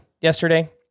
yesterday